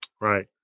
Right